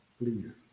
leader